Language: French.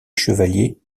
chevalier